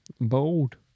Bold